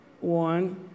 one